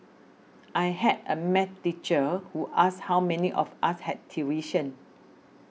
I had a math teacher who asked how many of us had tuition